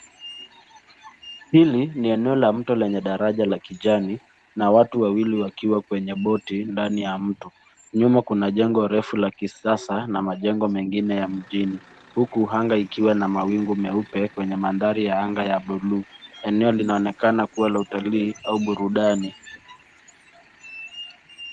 Hili ni eneo la mto lenye daraja la kijani na watu wawili wakiwa kwenye boti ndani ya mto. Nyuma kuna jengo refu la kisasa na majengo mengine ya mjini, huku anga ikiwa na mawingu meupe kwenye mandari ya anga ya buluu. Eneo linaonekana kuwa la utalii au burudani.